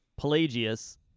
Pelagius